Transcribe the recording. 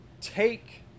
take